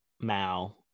Mao